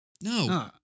No